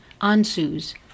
Ansu's